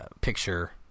picture